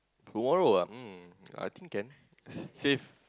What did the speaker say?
tomorrow ah um I think can safe